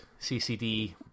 CCD